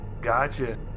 Gotcha